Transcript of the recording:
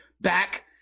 back